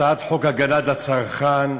הצעת חוק הגנת הצרכן,